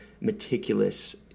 meticulous